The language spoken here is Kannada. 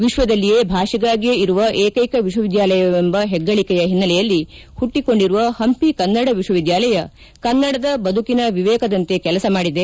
ವಿಶ್ವದಲ್ಲಿಯೇ ಭಾಷೆಗಾಗಿಯೇ ಇರುವ ಏಕೈಕ ವಿಶ್ವವಿದ್ಯಾಲಯವೆಂಬ ಹೆಗ್ಗಳಿಕೆಯ ಹಿನ್ನೆಲೆಯಲ್ಲಿ ಪುಟ್ಟಿಕೊಂಡಿರುವ ಪಂಪಿ ಕನ್ನಡ ವಿಶ್ವವಿದ್ಯಾಲಯ ಕನ್ನಡದ ಬದುಕಿನ ವಿವೇಕದಂತೆ ಕೆಲಸ ಮಾಡಿದೆ